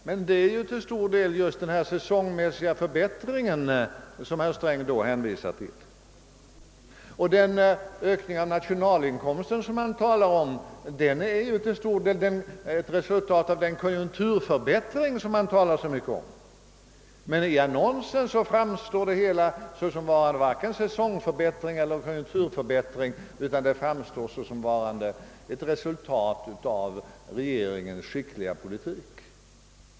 Men det är ju till stor del den säsongmässiga förbättringen som herr Sträng då hänvisar till. Den ökning av nationalinkomsten som han talar om är vidare till stor del ett resultat av den konjunkturförbättring som han talar så mycket om. Men i annonsen framstår det hela som varande varken säsongförbättring eller konjunkturförbättring, utan det framstår såsom varande ett resultat av regeringens skickliga politik.